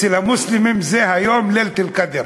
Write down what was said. אצל המוסלמים זה היום, לילת אל-קאדר.